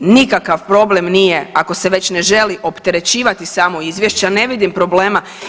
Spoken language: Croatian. Nikakav problem nije ako se već ne želi opterećivati samo izvješće, a ne vidim problema.